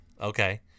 okay